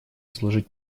служить